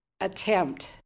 attempt